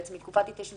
אבל לפחות העברנו חוק.